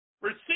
Receive